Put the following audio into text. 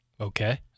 okay